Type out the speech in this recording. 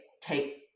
take